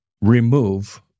remove